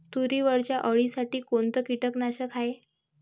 तुरीवरच्या अळीसाठी कोनतं कीटकनाशक हाये?